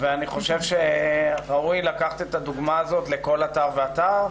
אני חושב שראוי לקחת את הדוגמה הזאת לכל אתר ואתר.